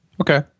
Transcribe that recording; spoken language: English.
Okay